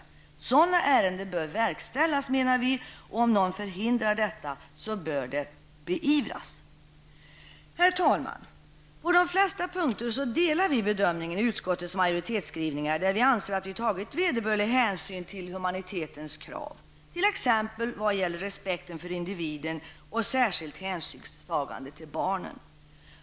Vi menar att sådana ärenden bör verkställas, och om någon förhindrar detta bör det beivras. Herr talman! På de flesta punkter delar vi bedömningen i utskottets majoritetsskrivningar. Vi anser att man där tagit vederbörlig hänsyn till humanitetens krav, t.ex. vad gäller respekten för individen och särskilt hänsynstagande till barnen.